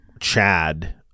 Chad